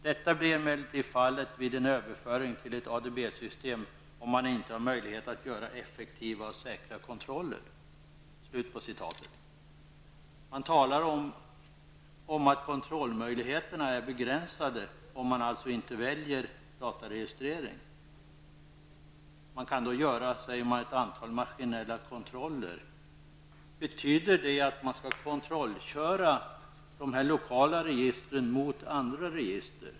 Detta blir emellertid fallet vid en överföring till ett ADB-system om man inte har möjlighet att göra effektiva och säkra kontroller.'' Man talar om att kontrollmöjligheterna är begränsade om man inte väljer dataregistrering. Man säger att man då kan göra ett antal maskinella kontroller. Betyder det att man skall kontrollköra de lokala registren mot andra register?